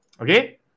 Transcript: Okay